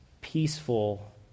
peaceful